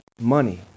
money